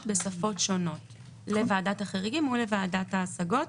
בשפות שונות לוועדת החריגים ולוועדת ההשגות,